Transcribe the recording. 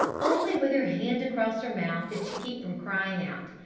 only with her hand across her mouth did she keep from crying out.